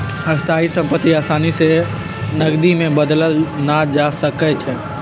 स्थाइ सम्पति असानी से नकदी में बदलल न जा सकइ छै